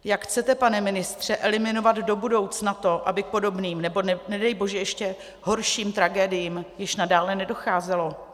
Jak chcete, pane ministře, eliminovat do budoucna to, aby k podobným nebo nedej bože k ještě horším tragédiím již nadále nedocházelo?